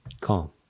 calm